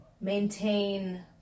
maintain